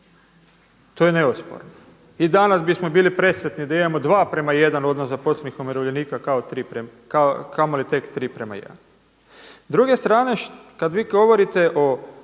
To je nesporno. I danas bismo bili presretni da imamo 2:1 odnos zaposlenih i umirovljenika kamoli tek 3:1. S druge strane kada vi govorite o